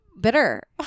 bitter